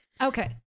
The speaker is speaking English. Okay